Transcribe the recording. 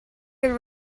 could